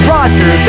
Roger